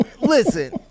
Listen